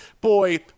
boy